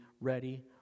ready